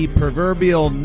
proverbial